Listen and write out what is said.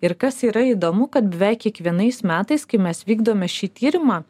ir kas yra įdomu kad beveik kiekvienais metais kai mes vykdome šį tyrimą